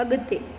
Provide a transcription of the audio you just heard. अगि॒ते